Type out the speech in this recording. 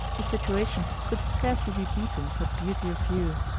the situation could scarcely be beaten for beauty of view.